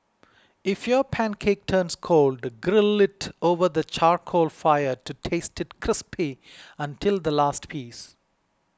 if your pancake turns cold grill it over the charcoal fire to taste it crispy until the last piece